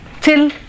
till